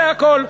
זה הכול.